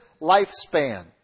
lifespan